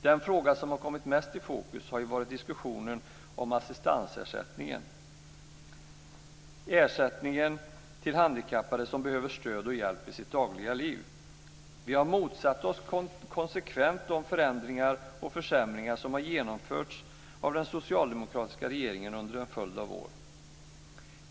Det som har kommit mest i fokus är frågan om assistansersättningen, ersättningen till handikappade som behöver stöd och hjälp i sitt dagliga liv. Vi har konsekvent motsatt oss de förändringar och försämringar som har genomförts av den socialdemokratiska regeringen under en följd av år.